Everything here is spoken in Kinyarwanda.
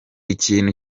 ikintu